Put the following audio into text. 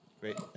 Great